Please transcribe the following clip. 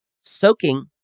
soaking